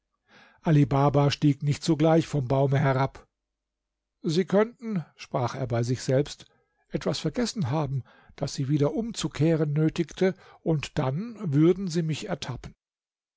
baba stieg nicht sogleich vom baume herab sie könnten sprach er bei sich selbst etwas vergessen haben das sie wieder umzukehren nötigte und dann würden sie mich ertappen